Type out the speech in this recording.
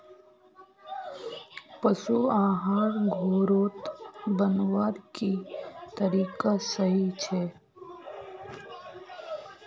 पशु आहार घोरोत बनवार की तरीका सही छे?